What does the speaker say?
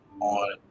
on